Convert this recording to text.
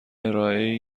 ارائهای